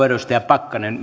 edustaja pakkanen